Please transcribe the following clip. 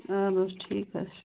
اَدٕ حظ ٹھیٖک حظ چھِ